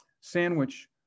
sandwich